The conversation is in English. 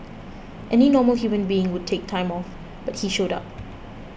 any normal human being would take time off but he showed up